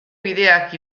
bideak